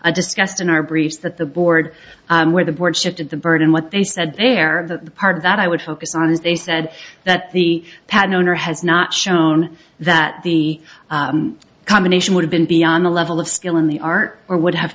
we discussed in our briefs that the board where the board shifted the burden what they said they are the part that i would focus on is they said that the pad owner has not shown that the combination would have been beyond the level of skill in the art or would have